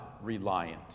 reliant